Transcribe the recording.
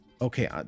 okay